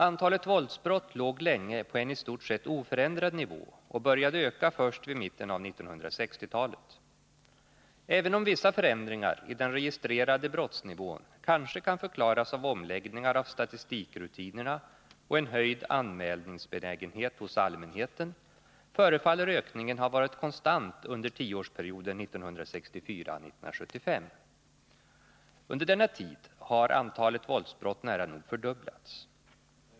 Antalet våldsbrott låg länge på en i stort sett oförändrad nivå och började öka först vid mitten av 1960-talet. Även om vissa förändringar i den registrerade brottsnivån kanske kan förklaras av omläggningar av statistikrutinerna och en höjd anmälningsbenägenhet hos allmänheten, förefaller ökningen ha varit konstant under tioårsperioden 1964-1975. Under denna tid har antalet våldsbrott nära nog fördubblats.